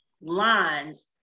lines